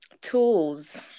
tools